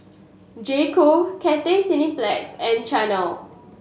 J Co Cathay Cineplex and Chanel